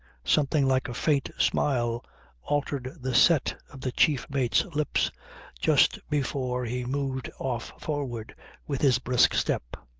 something like a faint smile altered the set of the chief mate's lips just before he moved off forward with his brisk step.